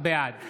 בעד